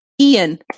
ian